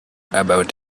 about